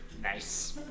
Nice